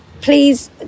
Please